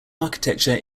architecture